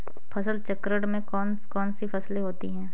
फसल चक्रण में कौन कौन सी फसलें होती हैं?